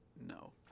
no